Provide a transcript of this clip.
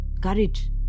courage